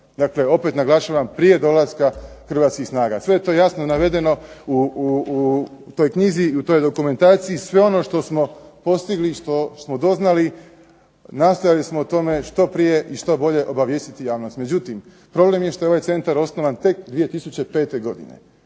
Dakle, opet naglašavam prije dolaska hrvatskih snaga. Sve je to jasno navedeno u toj knjizi i u toj dokumentaciji. Sve ono što smo postigli, što smo doznali, nastojali smo o tome što prije i što bolje obavijestiti javnost. Međutim, problem što je ovaj centar osnovan tek 2005. godine.